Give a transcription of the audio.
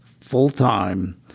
full-time